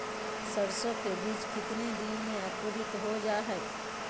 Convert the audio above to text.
सरसो के बीज कितने दिन में अंकुरीत हो जा हाय?